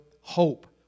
hope